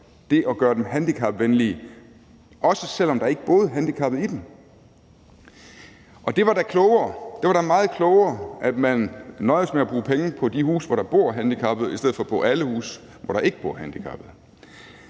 det at gøre boligen handicapvenlig, også selv om der ikke boede handicappede i den. Og det var da meget klogere, at man nøjes med at bruge penge på de huse, hvor der bor handicappede, i stedet for på alle huse, hvor der ikke bor handicappede.